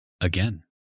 Again